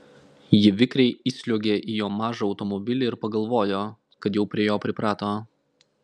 ji vikriai įsliuogė į jo mažą automobilį ir pagalvojo kad jau prie jo priprato